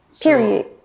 period